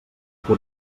que